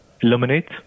eliminate